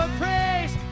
praise